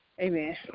Amen